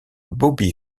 bobby